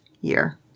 year